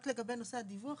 רק לגבי נושא הדיווח.